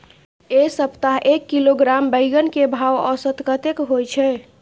ऐ सप्ताह एक किलोग्राम बैंगन के भाव औसत कतेक होय छै?